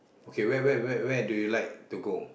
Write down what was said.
okay where where where where do you like to go